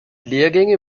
lehrgänge